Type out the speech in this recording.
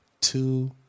two